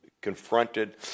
confronted